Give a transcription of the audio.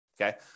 okay